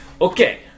okay